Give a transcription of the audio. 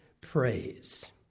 praise